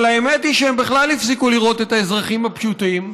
אבל האמת היא שהם בכלל הפסיקו לראות את האזרחים הפשוטים,